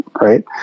right